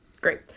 Great